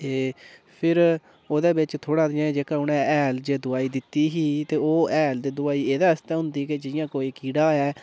ते फिर ओह्दे बिच थोह्ड़ा नेआं जेह्का उ'नें हैल ते दोआई दित्ती ही ते ओह् हैल ते दोआई एह्दे आस्तै होंदी कि जि'यां कोई कीड़ा ऐ